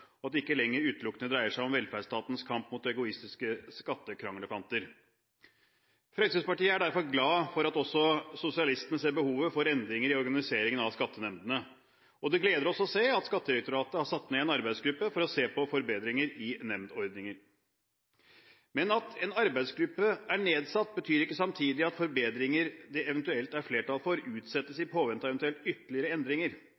og at det ikke lenger utelukkende dreier seg om velferdsstatens kamp mot egoistiske skattekranglefanter. Fremskrittspartiet er derfor glad for at også sosialistene ser behovet for endringer i organiseringen av skattenemndene, og det gleder oss å se at Skattedirektoratet har satt ned en arbeidsgruppe for å se på forbedringer i nemndordninger. Men at en arbeidsgruppe er nedsatt, betyr ikke samtidig at forbedringer det eventuelt er flertall for, utsettes i påvente av eventuelle ytterligere endringer.